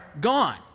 gone